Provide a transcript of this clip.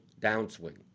downswing